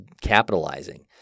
capitalizing